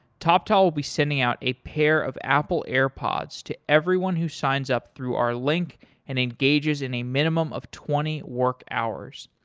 toptal will be sending out a pair of apple airpods to everyone who signs up through our link and engages in a minimum of twenty work hours.